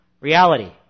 reality